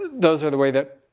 those are the way that,